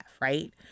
right